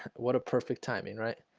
what a perfect timing right?